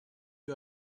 you